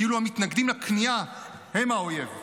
כאילו המתנגדים לכניעה הם האויב.